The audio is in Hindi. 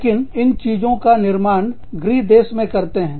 लेकिन इन चीजों का निर्माण गृह देश में करते हैं